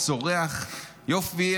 צורח: יופי,